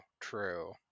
true